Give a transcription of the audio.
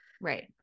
right